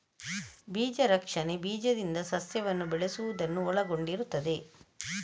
ಬೀಜ ರಕ್ಷಣೆ ಬೀಜದಿಂದ ಸಸ್ಯವನ್ನು ಬೆಳೆಸುವುದನ್ನು ಒಳಗೊಂಡಿರುತ್ತದೆ